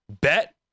Bet